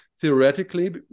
theoretically